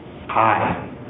Hi